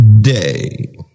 Day